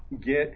get